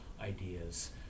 ideas